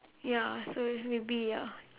ya so maybe ya